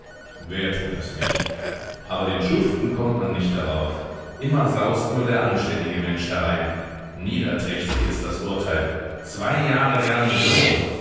wer tut das nicht aber den schuften kommt man nicht darauf immer saust nur der anständige mensch herein niederträchtig ist das urteil zwei jahre garnison